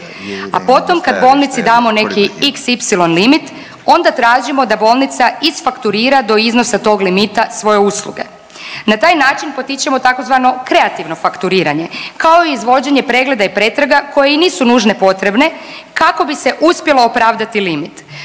a potom kad bolnici damo neki xy limit onda tražimo da bolnica isfakturira do iznosa tog limita svoje usluge. Na taj način potičemo tzv. kreativno fakturiranje kao i izvođenje pregleda i pretraga koje i nisu nužno potrebne kako bi se uspjelo opravdati limit.